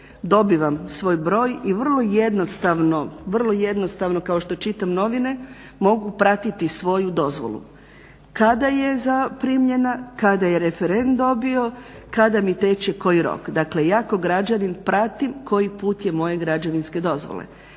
dobivam svoj broj i vrlo jednostavno kao što čitam novine mogu pratiti svoju dozvolu, kada je zaprimljena, kada je referent dobio, kada bi teče koji rok. Dakle, ja kao građanin pratim koji put je moje građevinske dozvole.